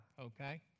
okay